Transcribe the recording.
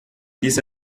diese